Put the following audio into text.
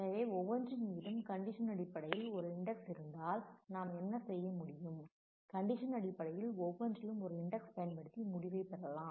எனவே ஒவ்வொன்றின் மீதும் கண்டிஷன் அடிப்படையில் ஒரு இன்டெக்ஸ் இருந்தால் நாம் என்ன செய்ய முடியும் கண்டிஷன் அடிப்படையில் ஒவ்வொன்றிலும் ஒரு இன்டெக்ஸ் பயன்படுத்தி முடிவை பெறலாம்